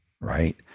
right